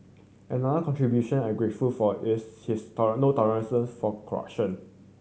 another contribution I'm grateful for is his no tolerances for corruption